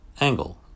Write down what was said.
angle